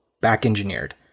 back-engineered